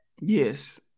Yes